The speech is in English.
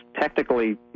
technically